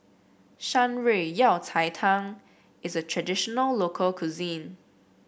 Shan Rui Yao Cai Tang is a traditional local cuisine